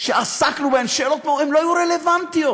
שעסקנו בהן, הן לא היו רלוונטיות.